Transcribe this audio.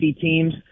teams